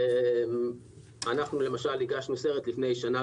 לפני שנה